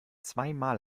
zweimal